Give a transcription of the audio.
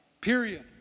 Period